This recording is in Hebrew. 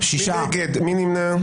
מי נמנע?